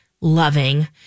loving